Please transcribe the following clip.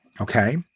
Okay